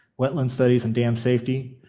wetland studies, and dam safety.